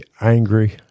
angry